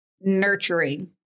Nurturing